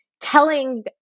telling